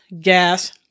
gas